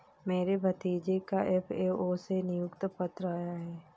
मेरे भतीजे का एफ.ए.ओ से नियुक्ति पत्र आया है